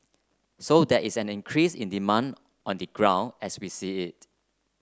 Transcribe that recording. so there is an increase in demand on the ground as we see it